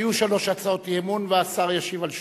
היו שלוש הצעות אי-אמון, והשר ישיב על שלושתן.